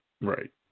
Right